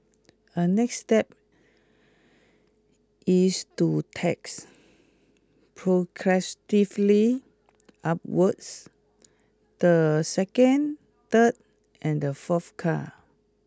a next step is to tax progressively upwards the second third and the fourth car